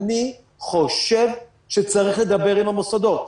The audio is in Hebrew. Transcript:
אני חושב שצריך לדבר עם המוסדות.